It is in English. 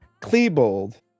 Klebold